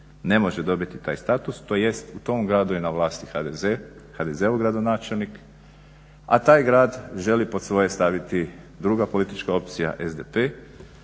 ne može dobiti taj status. U tom gradu je na vlasti HDZ, HDZ-ov gradonačelnik a taj grad želi pod svoje staviti druga politička opcija SDP